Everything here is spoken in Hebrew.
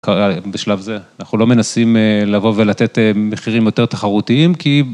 בשלב זה, אנחנו לא מנסים לבוא ולתת מחירים יותר תחרותיים כי...